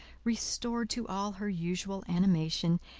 restored to all her usual animation,